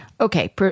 Okay